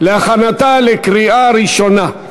להכנתה לקריאה ראשונה.